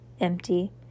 empty